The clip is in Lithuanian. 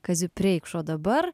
kaziu preikšu o dabar